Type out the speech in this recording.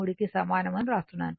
23 కు సమానం అని వ్రాస్తున్నాను